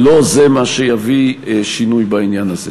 לא זה מה שיביא שינוי בעניין הזה,